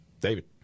David